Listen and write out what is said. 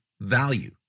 value